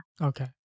Okay